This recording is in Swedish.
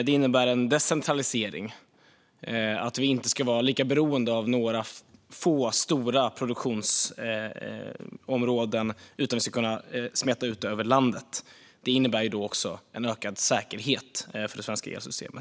Det innebär även en decentralisering, att vi inte ska vara lika beroende av några få stora produktionsområden, utan vi ska kunna smeta ut dem över landet. Det innebär då också en ökad säkerhet för det svenska elsystemet.